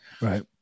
Right